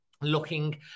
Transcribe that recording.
Looking